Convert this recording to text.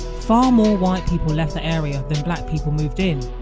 far more white people left the area than black people moved in.